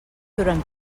durant